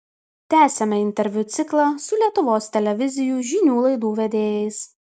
tęsiame interviu ciklą su lietuvos televizijų žinių laidų vedėjais